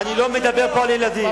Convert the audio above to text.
אני לא מדבר פה על ילדים.